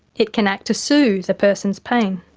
it can act to soothe the person's pain.